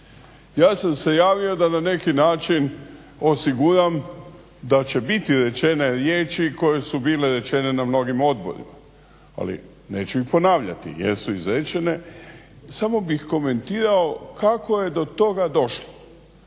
Ja sam se javio da na neki način osiguram da će biti rečene riječi koje su bile rečene na mnogim odborima, ali neću ih ponavljati jer su izrečene. Samo bih komentirao kako je do toga došlo.